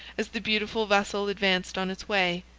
as the beautiful vessel advanced on its way.